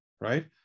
Right